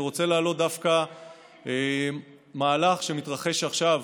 אני רוצה להעלות דווקא מהלך שמתרחש עכשיו.